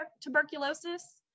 tuberculosis